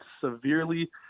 severely